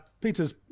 Peter's